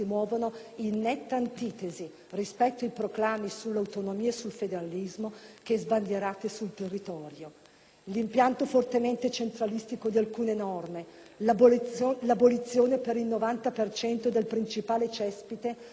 rispetto ai proclami sull'autonomia e sul federalismo che sbandierate sul territorio: l'impianto fortemente centralistico di alcune norme; l'abolizione per il 90 cento del principale cespite di autonomia impositiva locale;